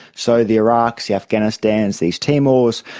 so the iraqs, the afghanistans, the east timors,